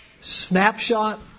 snapshot